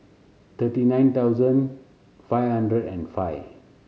thirty nine thousand five hundred and five